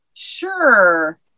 Sure